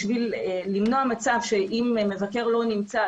כדי למנוע מצב שאם מבקר לא נמצא,